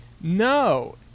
no